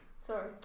Sorry